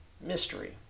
mystery